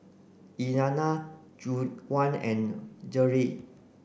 Elliana Juwan and Jerrell